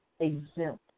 exempt